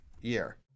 year